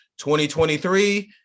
2023